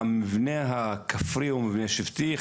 המבנה הכפרי הוא מבנה שבטי,